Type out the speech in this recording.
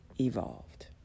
Evolved